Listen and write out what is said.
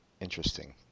interesting